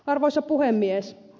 arvoisa puhemies